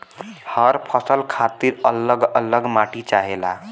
हर फसल खातिर अल्लग अल्लग माटी चाहेला